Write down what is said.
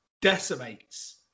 decimates